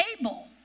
able